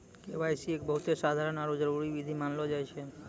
KYC एक बहुते साधारण आरु जरूरी विधि मानलो जाय छै